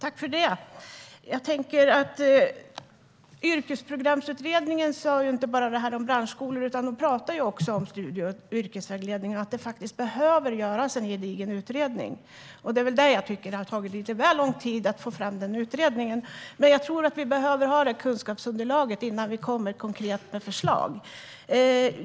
Herr talman! Yrkesprogramsutredningen tog inte bara upp branschskolor, utan man tog också upp att det behöver göras en gedigen utredning om studie och yrkesvägledning. Där tycker jag att det har tagit lite väl lång tid. Men vi behöver kunskapsunderlaget innan vi kan lägga fram konkreta förslag.